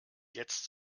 jetzt